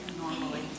normally